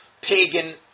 pagan